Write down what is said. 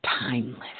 timeless